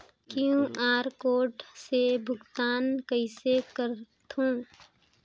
QR code से भुगतान कइसे करथव?